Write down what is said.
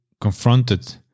confronted